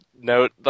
note